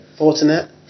Fortinet